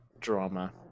drama